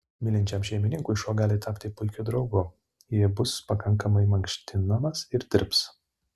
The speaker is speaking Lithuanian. mylinčiam šeimininkui šuo gali tapti puikiu draugu jei bus pakankamai mankštinamas ir dirbs